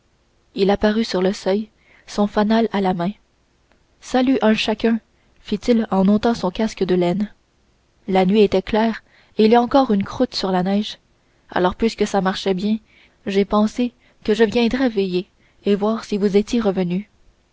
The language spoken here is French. il apparut sur le seuil son fanal à la main salut un chacun fit-il en ôtant son casque de laine la nuit était claire et il y a encore une croûte sur la neige alors puisque ça marchait bien j'ai pensé que je viendrais veiller et voir si vous étiez revenu